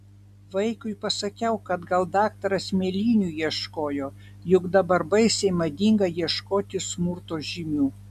vaikui pasakiau kad gal daktaras mėlynių ieškojo juk dabar baisiai madinga ieškoti smurto žymių